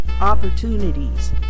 opportunities